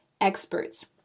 experts